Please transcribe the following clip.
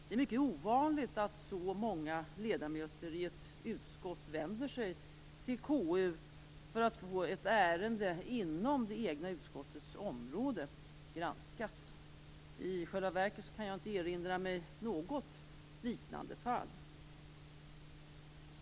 Det är mycket ovanligt att så många ledamöter i ett utskott vänder sig till KU för att få ett ärende inom det egna utskottets område granskat. I själva verket kan jag inte erinra mig något liknande fall.